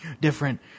different